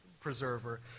preserver